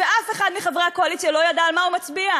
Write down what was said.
ואף אחד מחברי הקואליציה לא ידע על מה הוא מצביע.